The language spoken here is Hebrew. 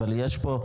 אבל יש פה,